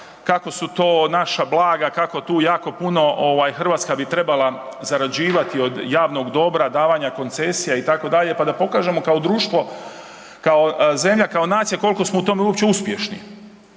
kako su to naša blaga, kako tu jako puno Hrvatska bi trebala zarađivati od javnog dobra, davanja koncesija, itd., pa da pokažemo kao društvo, kao zemlja, kao nacija koliko smo u tome uopće uspješni.